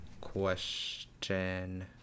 question